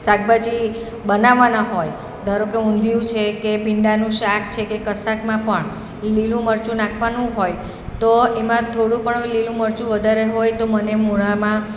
શાકભાજી બનાવવાનાં હોય ધારોકે ઊંધિયું છે કે ભીંડાનું શાક છે કે કશાકમાં પણ એ લીલું મરચું નાખવાનું હોય તો એમાં થોડું પણ લીલું મરચું વધારે હોય તો મને મોઢામાં